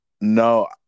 No